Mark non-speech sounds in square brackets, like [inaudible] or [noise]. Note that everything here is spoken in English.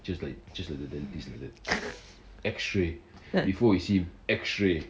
[laughs]